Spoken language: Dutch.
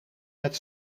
met